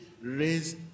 raise